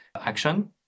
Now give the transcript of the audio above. action